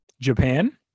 Japan